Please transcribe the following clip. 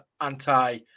anti